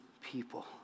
people